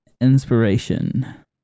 inspiration